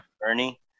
Bernie